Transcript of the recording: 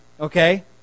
okay